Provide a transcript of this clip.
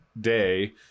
Day